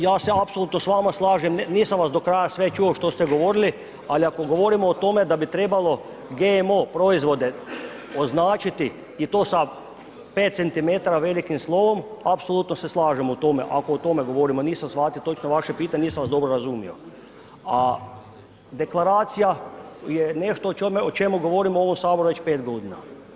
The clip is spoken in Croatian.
Ja se apsolutno s vama slažem, nisam vas do kraja sve čuo što ste govorili, ali ako govorimo o tome da bi trebalo GMO proizvode označiti i to sa 5 cm velikim slovom, apsolutno se slažemo u tome, ako o tome govorimo jer nisam shvatio točno vaše pitanje, nisam vas dobro razumio, a, deklaracija je nešto o čemu govorimo u ovom Saboru već 5 godina.